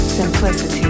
simplicity